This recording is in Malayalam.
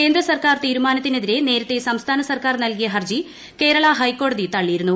കേന്ദ്ര സർക്കാർ തീരുമാനത്തിനെതിരെ പ്രസ്സേരത്തെ സംസ്ഥാന സർക്കാർ നൽകിയ ഹർജി ക്യേർള് ഉഹെക്കോടതി തള്ളിയിരുന്നു